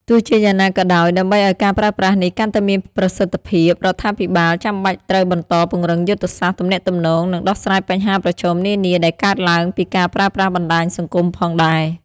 ទោះជាយ៉ាងណាក៏ដោយ ដើម្បីឱ្យការប្រើប្រាស់នេះកាន់តែមានប្រសិទ្ធភាព រដ្ឋាភិបាលចាំបាច់ត្រូវបន្តពង្រឹងយុទ្ធសាស្ត្រទំនាក់ទំនង និងដោះស្រាយបញ្ហាប្រឈមនានាដែលកើតឡើងពីការប្រើប្រាស់បណ្ដាញសង្គមផងដែរ។